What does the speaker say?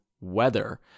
Weather